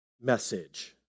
message